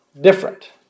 different